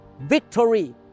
victory